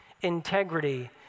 integrity